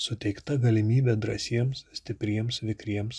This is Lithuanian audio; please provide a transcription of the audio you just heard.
suteikta galimybė drąsiems stipriems vikriems